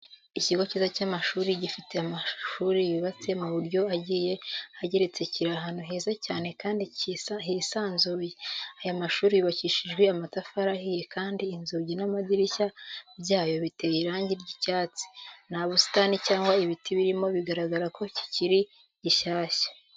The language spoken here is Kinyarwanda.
Ikigo cyiza cy'amashuri gifite amashuri yubatse mu buryo agiye ageretse kiri ahantu heza cyane kandi hisanzuye. Aya mashuri yubakishijwe amatafari ahiye kandi inzugi n'amadirishya byayo biteye irangi ry'icyatsi. Nta busitani cyangwa ibiti birimo bigaragara ko kikiri gishyashya.